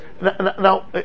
now